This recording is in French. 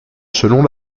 selon